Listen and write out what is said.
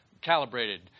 calibrated